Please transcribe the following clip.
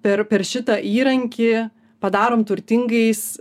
per per šitą įrankį padarom turtingais